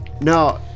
No